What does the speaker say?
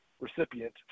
recipient